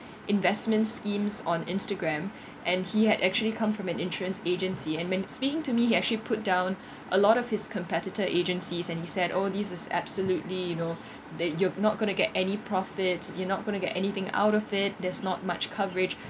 investment schemes on Instagram and he had actually come from an insurance agency and when speaking to me he actually put down a lot of his competitor agencies and he said oh this is absolutely you know that you're not going to get any profits you're not going to get anything out of it there's not much coverage